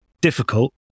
Difficult